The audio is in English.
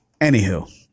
Anywho